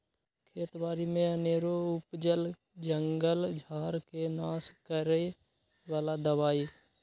खेत बारि में अनेरो उपजल जंगल झार् के नाश करए बला दबाइ